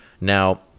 Now